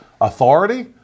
authority